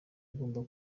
ugomba